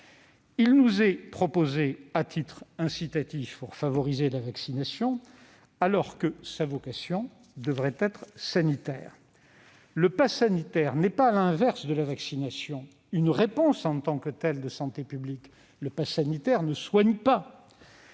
nous est proposé à titre incitatif, pour favoriser la vaccination, alors que sa vocation devrait être sanitaire. Le passe sanitaire n'est pas, à l'inverse de la vaccination, une réponse de santé publique en tant que telle. Il ne soigne pas.